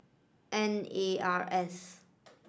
N A R S